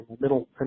middle